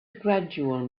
gradual